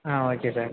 ah okay sir